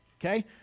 okay